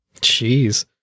Jeez